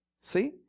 See